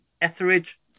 Etheridge